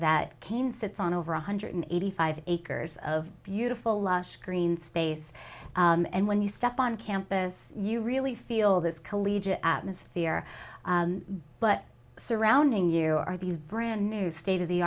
that cane sits on over one hundred eighty five acres of beautiful lush green space and when you step on campus you really feel this collegiate atmosphere but surrounding year are these brand new state of the